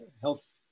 health